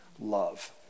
love